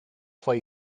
play